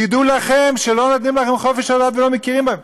תדעו לכם שלא נותנים לכם חופש דת ולא מכירים בכם.